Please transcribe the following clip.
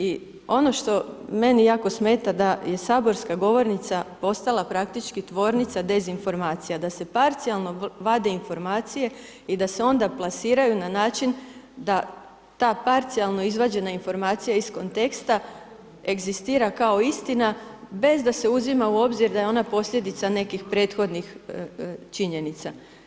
I ono što meni jako smeta da je saborska govornica postala praktički tvornica dezinformacija, da se parcijalno vade informacije i da se onda plasiraju na način da ta parcijalno izvađena informacija iz konteksta egzistira kao istina bez da se uzima u obzir da je ona posljedica nekih prethodnih činjenica.